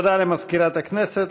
תודה למזכירת הכנסת.